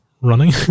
running